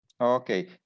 Okay